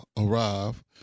arrive